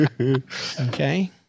Okay